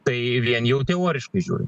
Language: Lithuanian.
tai vien jau teoriškai žiūrint